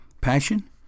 Passion